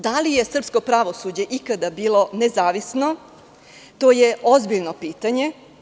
Da li je srpsko pravosuđe ikada bilo nezavisno, to je ozbiljno pitanje.